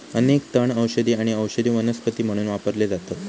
अनेक तण औषधी आणि औषधी वनस्पती म्हणून वापरले जातत